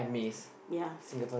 ya